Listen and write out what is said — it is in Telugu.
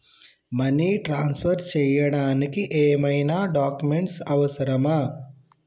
మనీ ట్రాన్స్ఫర్ చేయడానికి ఏమైనా డాక్యుమెంట్స్ అవసరమా?